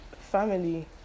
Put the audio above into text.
family